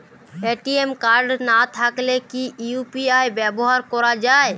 ATM card না থাকলে কি ইউ.পি.আই ব্যবহার করা য়ায়?